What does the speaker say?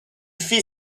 fit